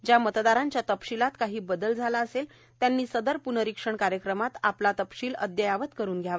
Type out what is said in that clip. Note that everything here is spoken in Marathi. ज्या मतदारांच्या तपशीलात काही बदल झाला असेल त्यांनी सदर प्नर्निरीक्षण कार्यक्रमात आपला तपशील अद्यावत करून घ्यावा